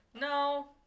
No